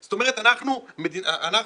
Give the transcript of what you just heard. זאת אומרת אנחנו מכריחים,